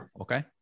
Okay